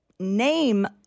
name